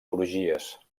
crugies